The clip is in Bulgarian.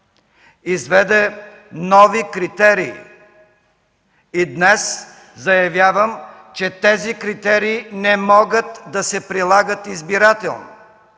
изведе нови критерии и днес заявявам, че тези критерии не могат да се прилагат избирателно.